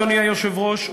אדוני היושב-ראש,